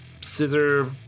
scissor